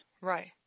right